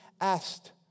asked